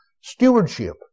stewardship